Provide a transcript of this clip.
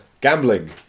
gambling